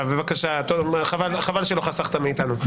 חבל שלא חסכת מאיתנו.